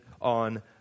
on